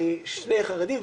שני חרדים,